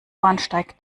bahnsteig